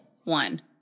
one